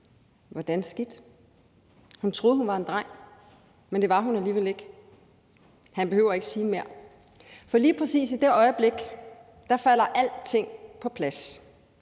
Hvordan skidt? Hun troede, hun var en dreng, men det var hun alligevel ikke. Han behøver ikke sige mere, for lige præcis i det øjeblik falder alting på plads.